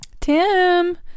Tim